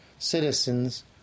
citizens